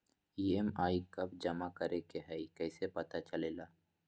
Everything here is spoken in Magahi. ई.एम.आई कव जमा करेके हई कैसे पता चलेला?